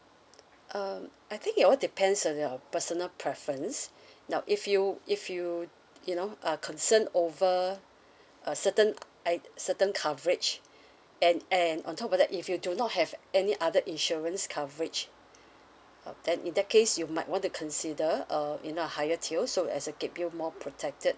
um I think it all depends on your personal preference now if you if you you know are concerned over a certain i~ certain coverage and and on top of that if you do not have any other insurance coverage uh then in that case you might want to consider a you know higher tier as it keep you more protected